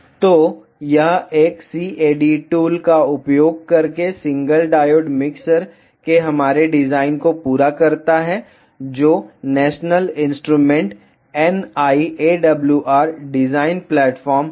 तो यह एक CAD टूल का उपयोग करके सिंगल डायोड मिक्सर के हमारे डिजाइन को पूरा करता है जो national instrument NI AWR design platform है